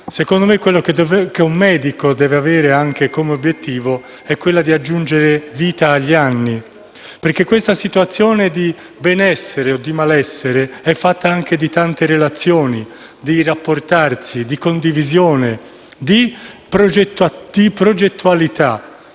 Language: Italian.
l'obiettivo che un medico deve avere è quello di aggiungere vita agli anni, perché la situazione di benessere, o di malessere, è fatta anche di tante relazioni, di rapporti, di condivisione, di progettualità.